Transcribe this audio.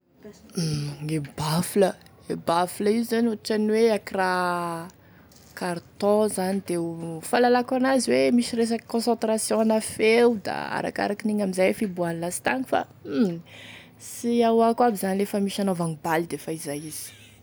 Gne baffle gne baffle io zany ohatry hoe akoraha carton zany da o fahalalako an'azy hoe misy concentration ana feo da arakarakan'igny amin'izay fiboahany lastagny fa hum sy ahoako aby zany lefa misy hanaovagny baly defa izay izy.